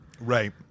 Right